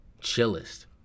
Chillest